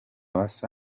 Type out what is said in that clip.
basa